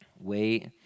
wait